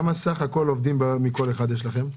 כמה סך הכל עובדים מכל אחד יש לכם?